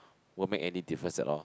won't make any difference at all